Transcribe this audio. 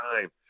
time